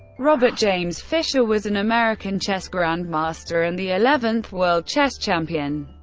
robert james fischer was an american chess grandmaster and the eleventh world chess champion.